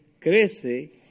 crece